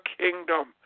kingdom